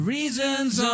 Reasons